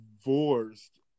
divorced